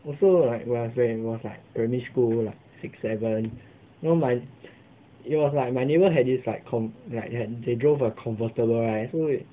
also like when I was when I was like primary school like six seven so my it was like my neighbour have this like com~ like like they drove a convertable right so is